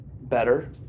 better